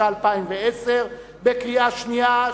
בקריאה שנייה,